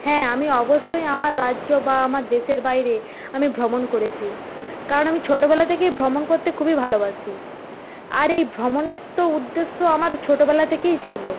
হ্যাঁ আমি অবশ্যই আমার রাজ্য বা আমার দেশের বাইরে আমি ভ্রমণ করছি কারণ আমি ছোটবেলা থেকেই ভ্রমণ করতে খুবই ভালোবাসি আর এই ভ্রমণের তো উদ্দেশ্য আমার ছোটবেলা থেকেই ছিল